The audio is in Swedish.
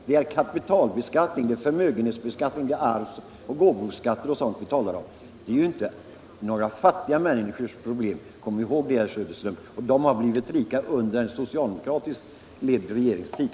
Vi talar om förmögenhets-, arvsoch gåvobeskattning. Kom ihåg detta, herr Söderström. Dessa människor har blivit rika under en socialdemokratisk regeringstid.